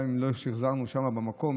גם אם לא שחזרנו שם במקום,